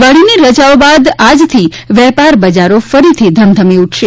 દિવાળીની રજાઓ બાદ આજથી વેપાર બજારો ફરીથી ધમધમી ઉઠશે